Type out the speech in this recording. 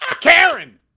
Karen